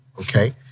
Okay